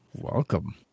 welcome